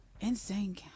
Insane